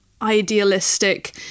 idealistic